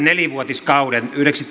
nelivuotiskauden yhdeksi